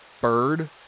bird